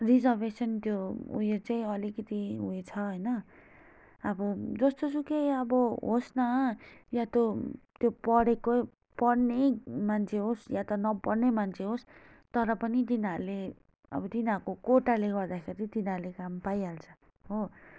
reservation त्यो उयो चाहिँ अलिकति उयो छ होइन अब जस्तोसुकै अब होस् न या त त्यो पढेको पढ्ने मान्छे होस् या त नपढ्ने मान्छे होस् तर पनि तिनीहरूले अब तिनीहरूको कोटाले गर्दाखेरि तिनीहरूले काम पाइहाल्छ हो